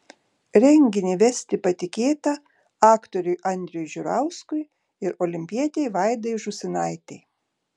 renginį vesti patikėta aktoriui andriui žiurauskui ir olimpietei vaidai žūsinaitei